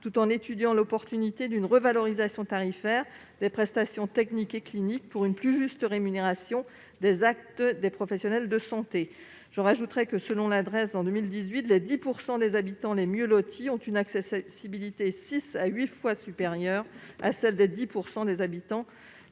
tout en étudiant l'opportunité d'une revalorisation tarifaire des prestations techniques et cliniques pour une plus juste rémunération des actes des professionnels de santé. J'ajoute que, selon la Drees, en 2018, les 10 % des habitants les mieux lotis ont une accessibilité au système de soins six à huit fois supérieure à celle des 10 % des habitants